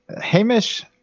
Hamish